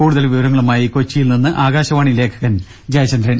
കൂടുതൽ വിവരങ്ങളുമായി കൊച്ചിയിൽ നിന്നും ആകാശവാണി ലേഖകൻ ജയചന്ദ്രൻ